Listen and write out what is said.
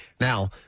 Now